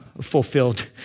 fulfilled